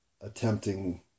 attempting